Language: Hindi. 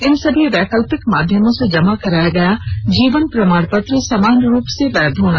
इन सभी वैकल्पिक माध्यमों से जमा कराया गया जीवन प्रमाण पत्र समान रूप से वैध होगा